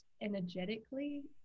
energetically